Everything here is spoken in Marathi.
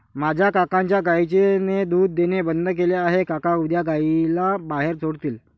माझ्या काकांच्या गायीने दूध देणे बंद केले आहे, काका उद्या गायीला बाहेर सोडतील